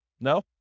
No